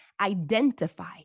identify